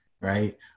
Right